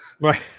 right